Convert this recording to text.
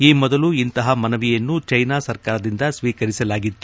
ಈ ಮೊದಲು ಇಂತಹ ಮನವಿಯನ್ನು ಚೀನಾ ಸರ್ಕಾರದಿಂದ ಸ್ವೀಕರಿಸಲಾಗಿತ್ತು